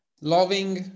Loving